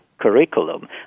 curriculum